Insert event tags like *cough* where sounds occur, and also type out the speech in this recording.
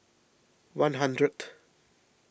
one hundred *noise*